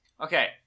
Okay